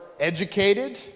educated